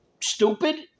stupid